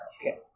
Okay